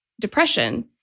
depression